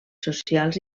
socials